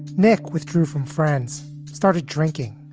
nick withdrew from friends, started drinking.